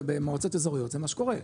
במועצות אזוריות זה מה שקורה,